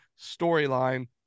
storyline